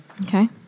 Okay